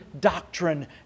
doctrine